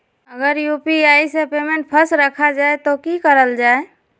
अगर यू.पी.आई से पेमेंट फस रखा जाए तो की करल जाए?